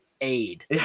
Aid